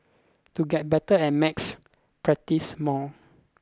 to get better at maths practise more